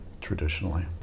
traditionally